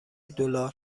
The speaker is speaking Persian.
دلار